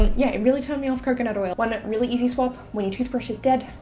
yeah, it really turned me off coconut oil. one really easy swap when your toothbrush is dead,